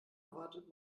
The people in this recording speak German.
erwartet